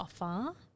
offer